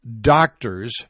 doctors